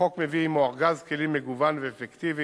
החוק מביא עמו ארגז כלים מגוון ואפקטיבי